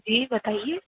جی بتائیے